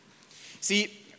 See